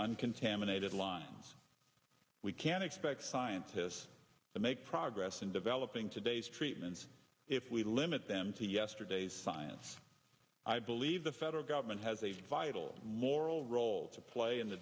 uncontaminated lines we can expect scientists to make progress in developing today's treatments if we limit them to yesterday science i believe the federal government has a vital moral role to play in the